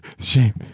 Shame